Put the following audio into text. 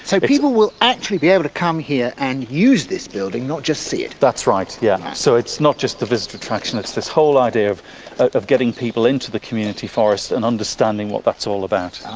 so people will actually be able to come here and use this building, not just see it? that's right, yeah so it's not just a visitor attraction, it's this whole idea of of getting people into the community forest and understanding what that's all about.